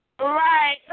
Right